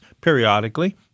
periodically